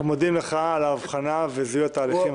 אנחנו מודים לך על האבחנה ועל זיהוי התהליכים.